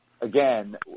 again